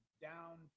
down